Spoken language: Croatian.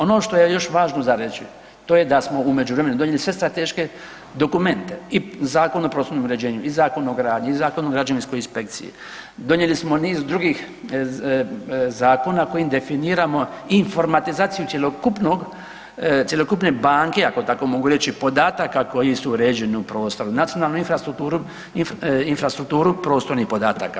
Ono što je još važno za reći, to je da smo u međuvremenu donijeli sve strateške dokumente i Zakon o prostornom uređenju i Zakon o gradnji i Zakon o građevinskoj inspekciji, donijeli smo niz drugih zakona kojim definiramo i informatizaciju cjelokupne banke, ako tako mogu reći, podataka koji su uređeni u prostoru, nacionalnu infrastrukturu prostornih podataka.